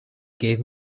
gave